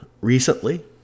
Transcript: recently